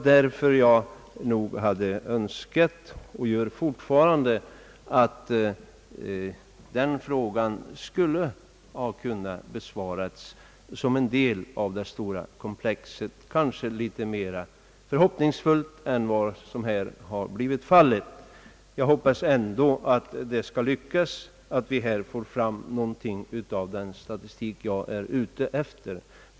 Därför hade jag nog önskat — och jag gör det fortfarande — att denna fråga hade kunnat besvaras något mera förhoppningsfullt, eftersom den utgör en väsentlig del av detta stora komplex. Jag hoppas ändå att det skall lyckas för utredningen att få fram något av den statistik, som jag syftar på.